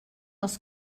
els